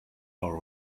hour